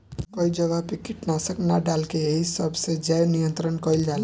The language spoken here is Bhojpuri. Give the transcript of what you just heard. कई जगह पे कीटनाशक ना डाल के एही सब से जैव नियंत्रण कइल जाला